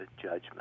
judgment